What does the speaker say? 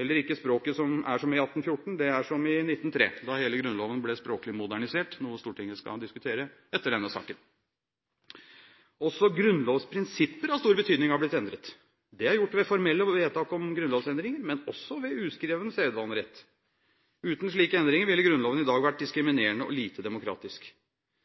Heller ikke språket er som i 1814, det er som i 1903, da hele Grunnloven ble språklig modernisert – noe Stortinget skal diskutere etter denne saken. Også grunnlovsprinsipper av stor betydning har blitt endret. Det er gjort ved formelle vedtak om grunnlovsendringer, men også ved uskreven sedvanerett. Uten slike endringer ville Grunnloven i dag vært